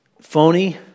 phony